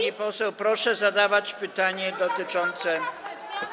Pani poseł, proszę zadawać pytanie dotyczące.